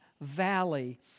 valley